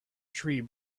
tree